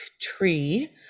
tree